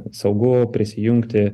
saugu prisijungti